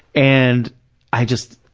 and i just,